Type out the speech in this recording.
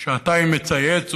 שעתיים מצייץ,